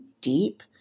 deep